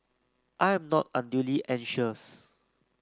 I am not unduly anxious